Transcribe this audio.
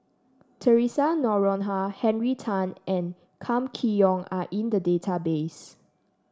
Theresa Noronha Henry Tan and Kam Kee Yong are in the database